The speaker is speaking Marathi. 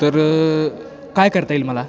तर काय करता येईल मला